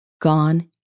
gone